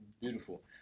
Beautiful